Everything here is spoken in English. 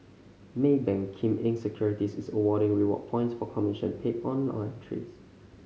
Maybank Kim Eng Securities is awarding reward points for commission paid on online trades